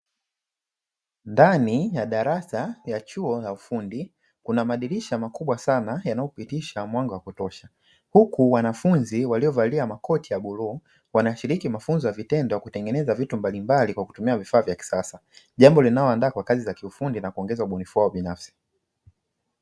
Ndani ya darasa ya chuo la ufundi, kuna madirisha makubwa sana yanayopitisha mwanga wa kutosha, huku wanafunzi waliovalia makoti ya bluu; wanashiriki mafunzo ya vitendo kutengeneza vitu mbalimbali kwa kutumia vifaa vya kisasa, jambo linalowaandaa kwa kazi za kiufundi na kuongeza ubunifu wao binafsi.